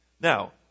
Now